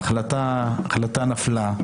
ההחלטה נפלה.